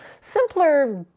simpler,